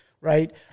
right